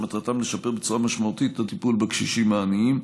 שמטרתם לשפר בצורה משמעותית את הטיפול בקשישים העניים.